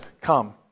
come